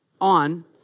on